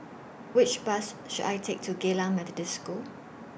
Which Bus should I Take to Geylang Methodist School